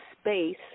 space